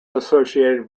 associated